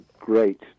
great